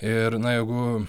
ir na jeigu